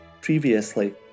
previously